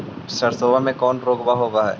सरसोबा मे कौन रोग्बा होबय है?